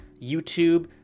YouTube